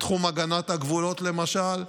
בתחום הגנת הגבולות, למשל,